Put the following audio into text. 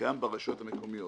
שקיים ברשויות המקומיות.